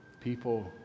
people